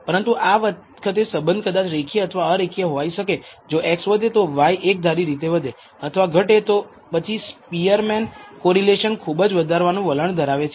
પરંતુ આ વખતે સંબંધ કદાચ રેખીય અથવા અરેખીય હોઈ શકે જો x વધે તો y એકધારી રીતે વધે અથવા ઘટે તો પછી સ્પીઅરમેન કોરિલેશન ખુબજ વધવાનું વલણ ધરાવે છે